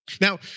Now